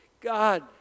God